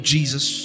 Jesus